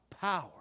power